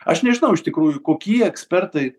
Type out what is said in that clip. aš nežinau iš tikrųjų kokie ekspertai